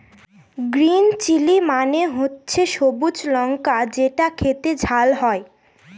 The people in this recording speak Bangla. গ্রিন চিলি মানে হচ্ছে সবুজ লঙ্কা যেটা খেতে ঝাল হয়